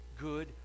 good